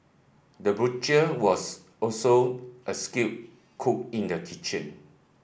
the butcher was also a skilled cook in the kitchen